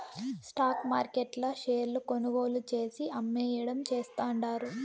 stock మార్కెట్ల షేర్లు కొనుగోలు చేసి, అమ్మేయడం చేస్తండారు